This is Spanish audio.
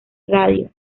radio